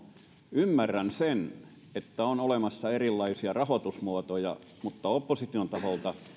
ymmärrän sen että on olemassa erilaisia rahoitusmuotoja mutta opposition taholta